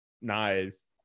Nice